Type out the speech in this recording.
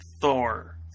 Thor